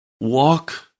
walk